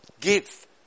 Give